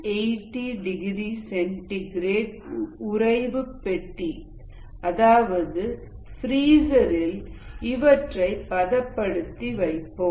80 degree centigrade உரைய்வுபெட்டி அதாவது freezer இல் இவற்றை பதப்படுத்தி வைப்போம்